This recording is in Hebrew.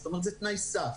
זאת אומרת, זה תנאי סף.